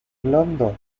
blondo